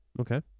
Okay